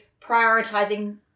prioritizing